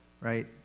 right